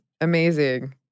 amazing